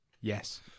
Yes